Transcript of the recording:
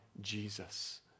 Jesus